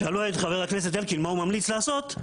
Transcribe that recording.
שאלו את חבר הכנסת אלקין מה הוא ממליץ לעשות,